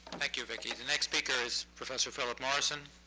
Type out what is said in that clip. thank you, viki. the next speaker is professor philip morrison.